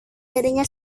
dirinya